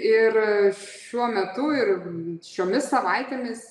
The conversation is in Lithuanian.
ir šiuo metu ir šiomis savaitėmis